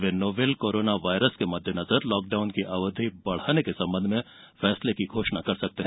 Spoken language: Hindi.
वे नोवेल कोरोना वायरस के मद्देनजर लॉकडाउन की अवधि बढ़ाने के संबंध में फैसले की घोषणा कर सकते हैं